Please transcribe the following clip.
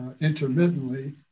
intermittently